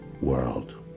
world